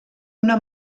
una